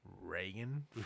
Reagan